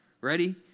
Ready